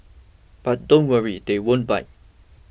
but don't worry they won't bite